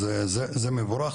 אז זה מבורך,